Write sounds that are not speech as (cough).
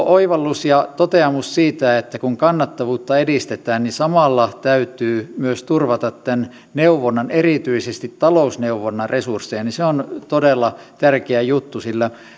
(unintelligible) oivallus ja toteamus siitä että kun kannattavuutta edistetään niin samalla täytyy myös turvata neuvonnan erityisesti talousneuvonnan resursseja on todella tärkeä juttu sillä